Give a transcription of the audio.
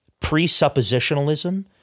presuppositionalism